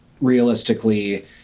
Realistically